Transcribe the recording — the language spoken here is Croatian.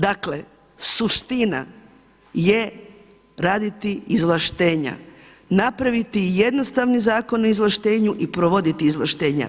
Dakle, suština je raditi izvlaštenja, napraviti jednostavni zakon o izvlaštenju i provoditi izvlaštenja.